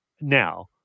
now